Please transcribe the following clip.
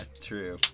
true